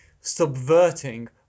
subverting